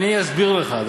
אסביר לך.